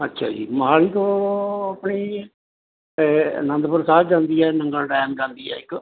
ਅੱਛਾ ਜੀ ਮੋਹਾਲੀ ਤੋਂ ਆਪਣੀ ਆਨੰਦਪੁਰ ਸਾਹਿਬ ਜਾਂਦੀ ਹੈ ਨੰਗਲ ਡੈਮ ਜਾਂਦੀ ਹੈ ਇੱਕ